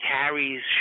carries